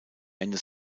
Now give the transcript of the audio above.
ende